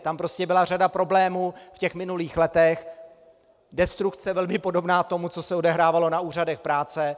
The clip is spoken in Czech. Tam prostě byla řada problémů v minulých letech, destrukce podobná tomu, co se odehrávalo na úřadech práce.